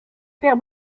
père